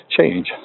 change